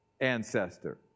ancestor